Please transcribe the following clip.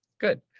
Good